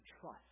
trust